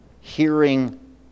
hearing